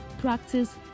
practice